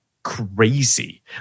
crazy